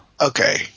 okay